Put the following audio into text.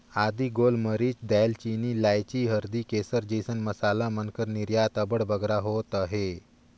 आदी, गोल मरीच, दाएल चीनी, लाइची, हरदी, केसर जइसन मसाला मन कर निरयात अब्बड़ बगरा होत अहे